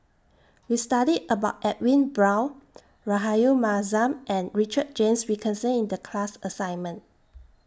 We studied about Edwin Brown Rahayu Mahzam and Richard James Wilkinson in The class assignment